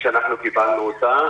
מי שמנהל את המערכה בתוך החברה הערבית,